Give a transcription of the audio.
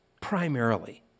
primarily